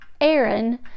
Aaron